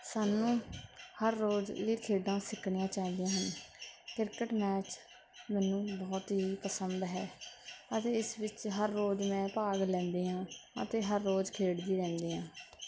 ਸਾਨੂੰ ਹਰ ਰੋਜ਼ ਇਹ ਖੇਡਾਂ ਸਿੱਖਣੀਆਂ ਚਾਹੀਦੀਆਂ ਹਨ ਕ੍ਰਿਕਟ ਮੈਚ ਮੈਨੂੰ ਬਹੁਤ ਹੀ ਪਸੰਦ ਹੈ ਅਤੇ ਇਸ ਵਿੱਚ ਹਰ ਰੋਜ਼ ਮੈਂ ਭਾਗ ਲੈਂਦੀ ਹਾਂ ਅਤੇ ਹਰ ਰੋਜ਼ ਖੇਡਦੀ ਰਹਿੰਦੀ ਹਾਂ